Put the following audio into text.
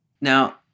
Now